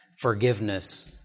forgiveness